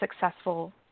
successful